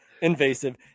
invasive